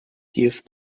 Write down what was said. give